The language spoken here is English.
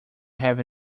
have